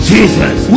Jesus